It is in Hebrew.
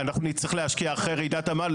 אני פותח את ישיבת ועדת הפנים והגנת הסביבה.